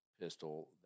pistol